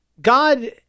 God